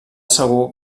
segur